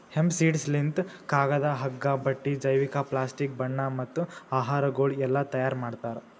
hemp seeds ಲಿಂತ್ ಕಾಗದ, ಹಗ್ಗ, ಬಟ್ಟಿ, ಜೈವಿಕ, ಪ್ಲಾಸ್ಟಿಕ್, ಬಣ್ಣ ಮತ್ತ ಆಹಾರಗೊಳ್ ಎಲ್ಲಾ ತೈಯಾರ್ ಮಾಡ್ತಾರ್